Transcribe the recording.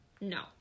No